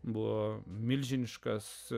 buvo milžiniškas